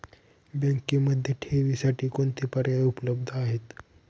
बँकेमध्ये ठेवींसाठी कोणते पर्याय उपलब्ध आहेत?